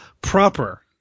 proper